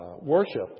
worship